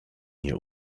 nie